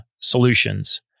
solutions